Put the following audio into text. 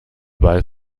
ball